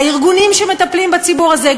הארגונים שמטפלים בציבור הזה,